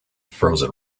frozen